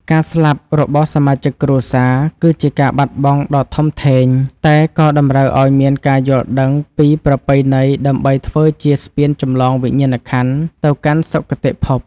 ការស្លាប់របស់សមាជិកគ្រួសារ គឺជាការបាត់បង់ដ៏ធំធេង តែក៏តម្រូវឱ្យមានការយល់ដឹងពីប្រពៃណីដើម្បីធ្វើជាស្ពានចម្លងវិញ្ញាណក្ខន្ធទៅកាន់សុគតិភព។